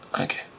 okay